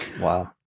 Wow